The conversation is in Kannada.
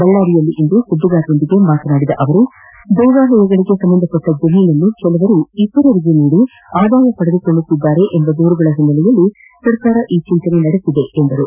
ಬಳ್ಳಾರಿಯಲ್ಲಿಂದು ಸುದ್ದಿಗಾರರೊಂದಿಗೆ ಮಾತನಾಡಿದ ಅವರು ದೇವಾಲಯಕ್ಕೆ ಸಂಬಂಧಪಟ್ಟ ಜಮೀನನ್ನು ಕೆಲವರು ಇತರರಿಗೆ ನೀಡಿ ಆದಾಯ ಪಡೆದುಕೊಳ್ಳುತ್ತಿದ್ದಾರೆ ಎಂಬ ದೂರುಗಳ ಹಿನ್ನೆಲೆಯಲ್ಲಿ ಸರ್ಕಾರ ಈ ಚಿಂತನೆ ನಡೆಸಿದೆ ಎಂದರು